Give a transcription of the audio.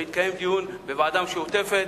שיתקיים דיון בוועדה משותפת